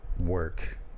work